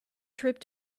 trip